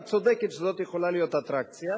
את צודקת שזו יכולה להיות אטרקציה.